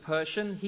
Persian